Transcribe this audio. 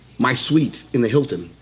my suite, in the hilton.